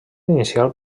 inicial